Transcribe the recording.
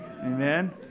Amen